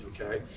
okay